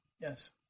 Yes